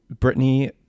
Britney